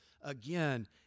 again